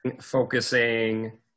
focusing